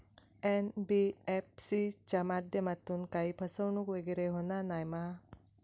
NBFC च्या माध्यमातून काही फसवणूक वगैरे होना नाय मा?